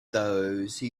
those